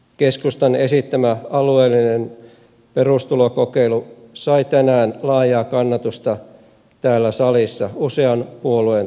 keskustan esittämä alueellinen perustulokokeilu sai tänään laajaa kannatusta täällä salissa usean puolueen taholta